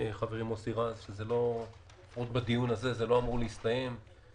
חברי מוסי רז על כך שזה לא אמור להסתיים בדיון הזה,